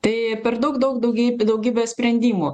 tai per daug daug daugyb daugybę sprendimų